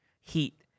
heat